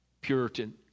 Puritan